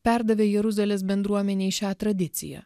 perdavė jeruzalės bendruomenei šią tradiciją